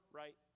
right